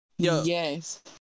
Yes